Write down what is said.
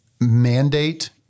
mandate